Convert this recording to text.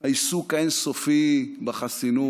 העיסוק האין-סופי בחסינות,